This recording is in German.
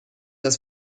dass